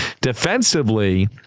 defensively